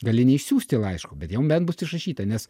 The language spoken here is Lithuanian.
gali neišsiųsti laiško bet jau bent bus išrašyta nes